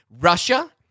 Russia